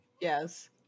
Yes